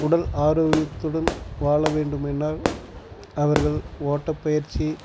உடல் ஆரோக்கியத்துடன் வாழ வேண்டும் எனால் அவர்கள் ஓட்டப்பயிற்சி